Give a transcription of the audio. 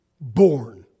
born